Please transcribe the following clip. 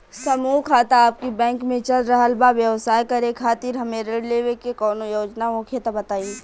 समूह खाता आपके बैंक मे चल रहल बा ब्यवसाय करे खातिर हमे ऋण लेवे के कौनो योजना होखे त बताई?